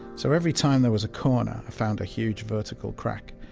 so every time there was a corner, i found a huge vertical crack.